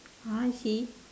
ah I see